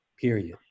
period